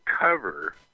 cover